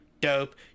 dope